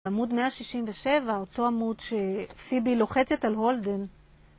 עמוד 167, אותו עמוד שפיבי לוחצת על הולדן.